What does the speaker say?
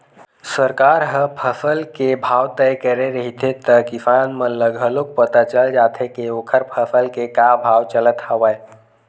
सरकार ह फसल के भाव तय करे रहिथे त किसान मन ल घलोक पता चल जाथे के ओखर फसल के का भाव चलत हवय